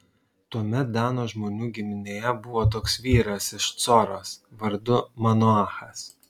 tuomet dano žmonių giminėje buvo toks vyras iš coros vardu manoachas